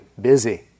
busy